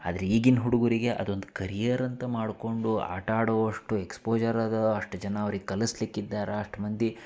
ಆದರೆ ಈಗಿನ ಹುಡುಗರಿಗೆ ಅದೊಂದು ಕರಿಯರ್ ಅಂತ ಮಾಡಿಕೊಂಡು ಆಟಾಡೋವಷ್ಟು ಎಕ್ಸ್ಪೋಜರ್ ಅದ ಅಷ್ಟು ಜನ ಅವ್ರಿಗೆ ಕಲಿಸ್ಲಿಕ್ಕಿದ್ದಾರೆ ಅಷ್ಟು ಮಂದಿ